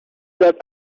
that